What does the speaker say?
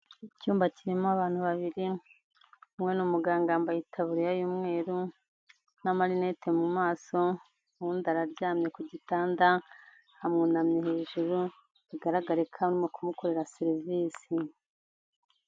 Icyumba kirimo abantu babiri, umwe ni umuganga yambaye itaburiya y'umweru n'amarinete mu maso, uwundi araryamye ku gitanda amwunamye hejuru bigaragara ko arimo kumukorera serivisi.